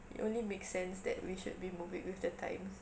it only makes sense that we should be moving with the times